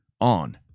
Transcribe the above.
On